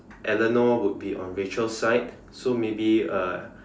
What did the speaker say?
Elanor would be on Rachel's side so maybe uh